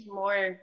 more